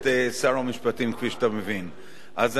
אז אני התמקדתי בהבנת